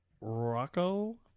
Rocco